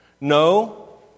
No